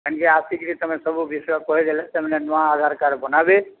ହେନ୍କେ ଆସିକିରି ତମେ ସବୁ ବିଷୟ କହିଦେଲେ ତମର୍ ଫେର୍ ନୂଆ ଆଧାର କାର୍ଡ଼ ବନାବେ